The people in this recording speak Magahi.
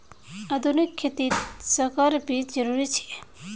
आधुनिक खेतित संकर बीज जरुरी छे